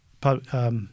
public